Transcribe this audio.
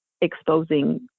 exposing